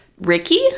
Ricky